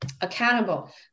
accountable